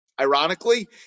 ironically